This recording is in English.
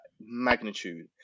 magnitude